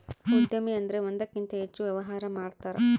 ಉದ್ಯಮಿ ಅಂದ್ರೆ ಒಂದಕ್ಕಿಂತ ಹೆಚ್ಚು ವ್ಯವಹಾರ ಮಾಡ್ತಾರ